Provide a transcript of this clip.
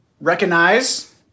Recognize